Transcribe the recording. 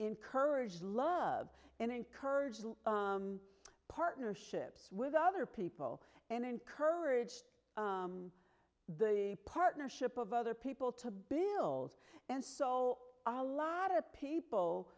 encouraged love and encouraged partnerships with other people and encourage the partnership of other people to build and salt a lot of people